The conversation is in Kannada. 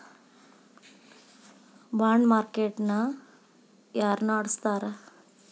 ಬಾಂಡ್ಮಾರ್ಕೇಟ್ ನ ಯಾರ್ನಡ್ಸ್ತಾರ?